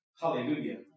hallelujah